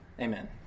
Amen